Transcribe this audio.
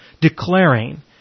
declaring